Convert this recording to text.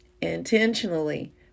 intentionally